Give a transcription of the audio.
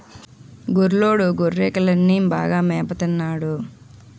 గొల్లోడు గొర్రెకిలని బాగా మేపత న్నాడు